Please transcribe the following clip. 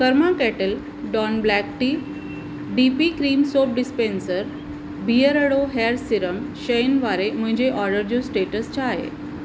Karma kettle डॉन black tea D P cream soap dispenser Beardo hair serum शयुनि वारे मुंहिंजे ऑडर जो स्टेटस छा आहे